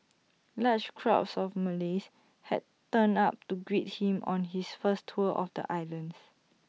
large crowds of Malays had turned up to greet him on his first tour of the islands